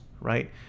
right